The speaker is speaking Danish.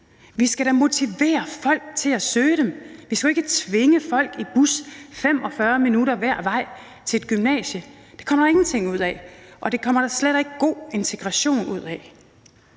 Vi skal da motivere folk til at søge dem. Vi skal jo ikke tvinge folk i bus 45 minutter hver vej til et gymnasie. Det kommer der ingenting ud af, og det kommer der slet ikke god integration ud af.